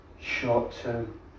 short-term